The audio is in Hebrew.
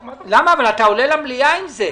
חוב למטרות פיתוח ולצורך מימון פעילות שוטפת